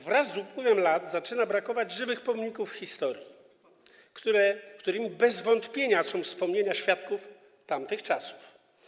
Wraz z upływem lat zaczyna brakować żywych pomników historii, którymi bez wątpienia są wspomnienia świadków tamtych czasów.